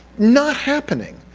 not happening!